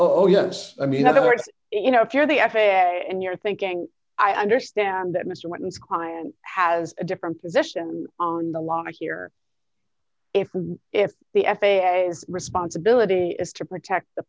oh yes i mean other words you know if you're the f a a and you're thinking i understand that mr whitman's client has a different position on the law here if if the f a a responsibility is to protect the